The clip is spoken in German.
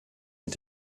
mit